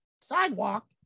sidewalk